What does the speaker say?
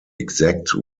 exact